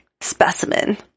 specimen